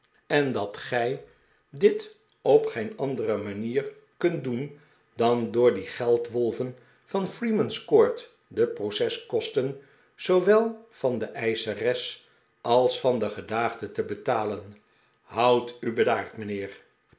en dat gij dit op geen andere manier kunt doen dan door die geldwolven van freemans court de proceskosten zoowel van de eischeres als van den gedaagde te betalen houd u bedaard mijnheer